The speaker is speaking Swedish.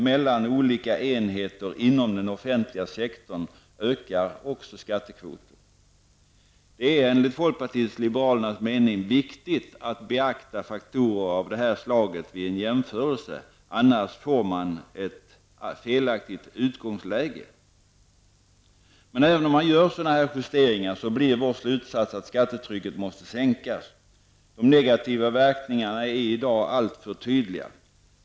mellan olika enheter inom den offentliga sektorn ökar också skattekvoten. Det är enligt folkpartiet liberalernas mening viktigt att beakta faktorer av det här slaget vid en jämförelse. Annars får man ett felaktigt utgångsläge. Men även om man gör sådana justeringar, blir vår slutsats att skattetrycket måste sänkas. De negativa verkningarna är i dag alltför tydliga.